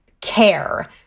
care